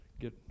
get